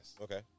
Okay